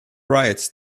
rights